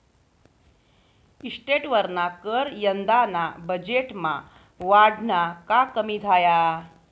इस्टेटवरना कर यंदाना बजेटमा वाढना का कमी झाया?